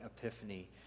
epiphany